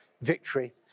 victory